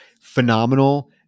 phenomenal